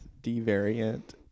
D-Variant